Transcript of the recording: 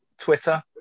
Twitter